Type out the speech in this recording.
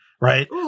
Right